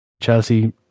Chelsea